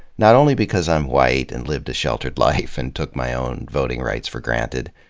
not only because i'm white and lived a sheltered life and took my own voting rights for granted.